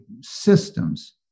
systems